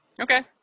Okay